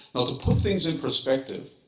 to put things in perspective,